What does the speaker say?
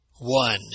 One